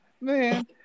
Man